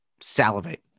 salivate